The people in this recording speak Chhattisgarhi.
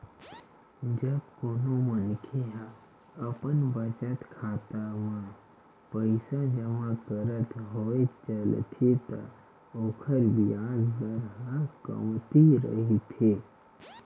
जब कोनो मनखे ह अपन बचत खाता म पइसा जमा करत होय चलथे त ओखर बियाज दर ह कमती रहिथे